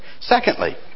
Secondly